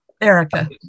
erica